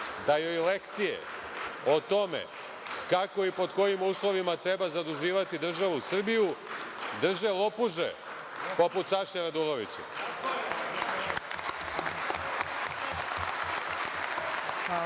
da joj lekcije o tome kako i pod kojim uslovima treba zaduživati državu Srbiju drže lopuže poput Saše Radulovića.